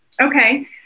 Okay